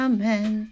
Amen